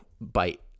bite